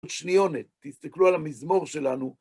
שניונת, תסתכלו על המזמור שלנו.